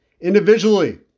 Individually